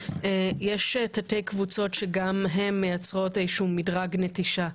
יש תתי קבוצות שגם הן מייצרות איזשהו מדרג נטישה.